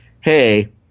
hey